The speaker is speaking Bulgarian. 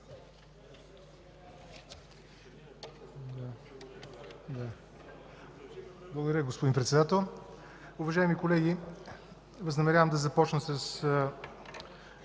Благодаря, господин Председател.